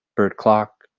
bird clock,